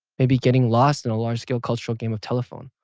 may be getting lost in a large-scale cultural game of telephone.